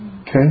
Okay